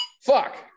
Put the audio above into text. fuck